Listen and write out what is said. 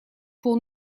pour